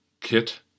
kit